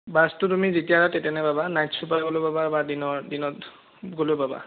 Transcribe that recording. বাছটো তুমি যেতিয়া আহা তেতিয়াই পাবা নাইট ছুপাৰ গ'লেও পাবা বা দিনৰ দিনত গ'লেও পাবা